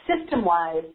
System-wise